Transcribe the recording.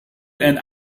and